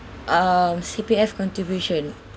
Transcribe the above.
err C_P_F contribution